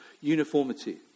uniformity